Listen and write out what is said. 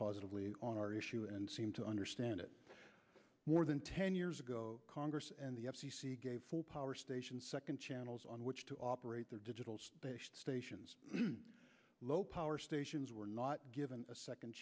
positively on our issue and seem to understand it more than ten years ago congress and the f c c gave full power stations second channels on which to operate their digital stations low power stations were not given a second